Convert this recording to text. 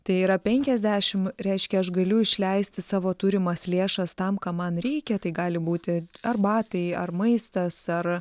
tai yra penkiasdešim reiškia aš galiu išleisti savo turimas lėšas tam kam man reikia tai gali būti ar batai ar maistas ar